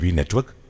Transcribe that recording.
network